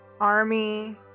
Army